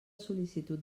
sol·licitud